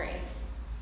grace